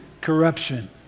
corruption